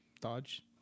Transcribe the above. Dodge